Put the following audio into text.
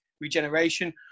regeneration